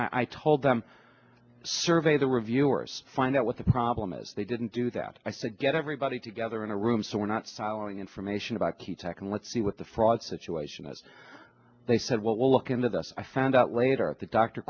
mean i told them survey the reviewers find out what the problem is they didn't do that i said get everybody together in a room so we're not following information about key tech and let's see what the fraud situation as they said will well look into thus i found out later at the doctor